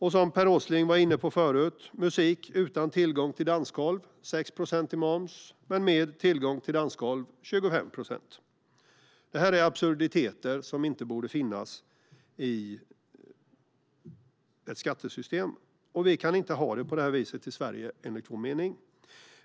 Musik utan tillgång till dansgolv - som Per Åsling var inne på - belastas med 6 procent i moms medan musik med dansgolv belastas med 25 procent. Herr ålderspresident! Det här är absurditeter som inte borde finnas i ett skattesystem. Så kan vi inte ha det i Sverige, enligt vår mening.